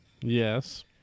Yes